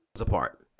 apart